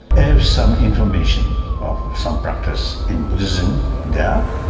have some information of some practice in buddhism there,